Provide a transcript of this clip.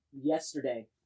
yesterday